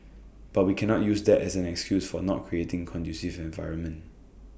but we cannot use that as an excuse for not creating conducive environment